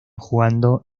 jugando